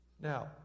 Now